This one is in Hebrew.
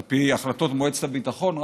על פי החלטות מועצת הביטחון.